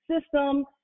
system